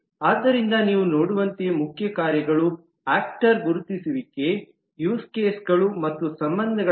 ಆದ್ದರಿಂದ ನೀವು ನೋಡುವಂತೆ ಮುಖ್ಯ ಕಾರ್ಯಗಳು ಆಕ್ಟರ್ ನ ಗುರುತಿಸುವಿಕೆ ಬಳಕೆಯ ಸಂದರ್ಭಗಳು ಮತ್ತು ಸಂಬಂಧಗಳು